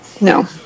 no